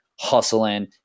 hustling